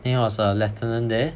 then he was a lieutenant there